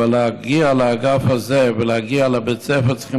אבל להגיע לאגף הזה ולהגיע לבית ספר צריכים